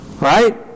Right